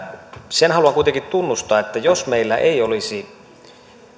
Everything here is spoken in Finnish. sen haluan kuitenkin tunnustaa että jos meillä ei olisi